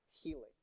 healing